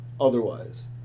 Otherwise